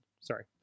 Sorry